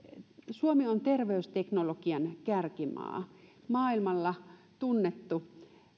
suomi on terveysteknologian kärkimaa maailmalla tunnettu